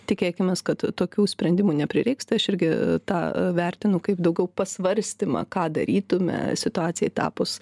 tikėkimės kad tokių sprendimų neprireiks tai aš irgi tą vertinu kaip daugiau pasvarstymą ką darytume situacijai tapus